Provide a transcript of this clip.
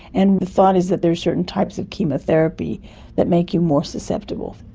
and the thought is that there is certain types of chemotherapy that make you more susceptible.